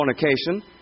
fornication